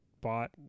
bought